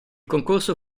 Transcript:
concorso